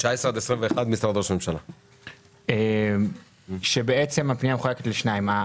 כאשר הפנייה מחולק לשניים.